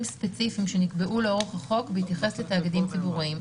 ספציפיים שנקבעו לאורך החוק בהתייחס לתאגידים ציבוריים.